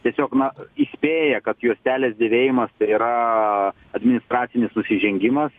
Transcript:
tiesiog na įspėja kad juostelės dėvėjimas tai yra administracinis nusižengimas